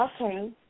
Okay